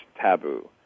taboo